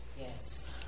Yes